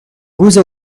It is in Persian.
روز